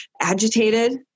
agitated